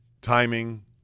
timing